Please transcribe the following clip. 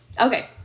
Okay